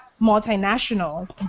multinational